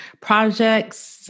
projects